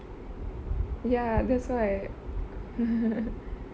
ya that's why